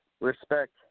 respect